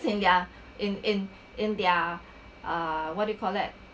in their in in in their uh what do you call that